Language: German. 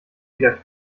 wieder